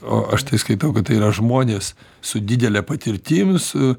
o aš tai skaitau kad tai yra žmonės su didele patirtim su